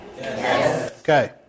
Okay